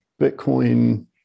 Bitcoin